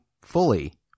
fully